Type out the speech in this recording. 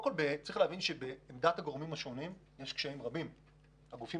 צריך להבין שבעמדת הגורמים השונים יש קשיים רבים: הגופים